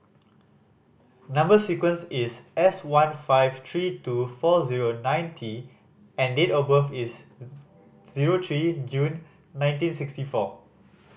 number sequence is S one five three two four zero nine T and date of birth is zero three June nineteen sixty four